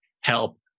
help